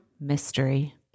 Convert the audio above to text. mystery